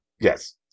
yes